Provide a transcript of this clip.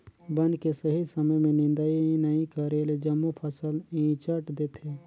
बन के सही समय में निदंई नई करेले जम्मो फसल ईचंट देथे